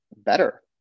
better